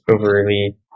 overly